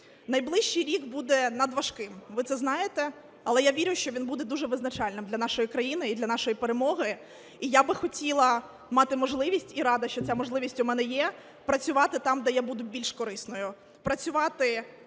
Найближчий рік буде надважким, ви це знаєте. Але я вірю, що він буде дуже визначальним для нашої країни і для нашої перемоги. І я би хотіла мати можливість, і рада, що ця можливість у мене є, працювати там, де я буду більш корисною,